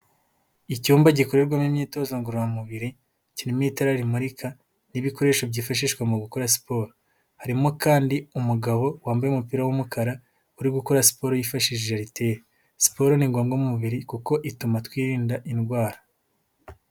Icyumba gikorerwamo imyitozo ngororamubiri, kirimo itara rimurika n'ibikoresho byifashishwa mu gukora siporo, harimo kandi umugabo wambaye umupira w'umukara, uri gukora siporo yifashishije ariteri. Siporo ni ngombwa mu mubiri kuko ituma twirinda indwara.